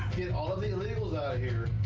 get all of the illegals out of here,